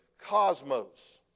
cosmos